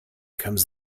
comes